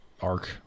arc